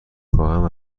خواهم